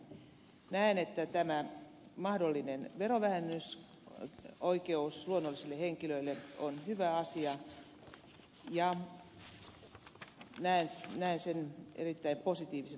näen että tämä mahdollinen verovähennysoikeus luonnollisille henkilöille on hyvä asia ja näen sen erittäin positiivisena seikkana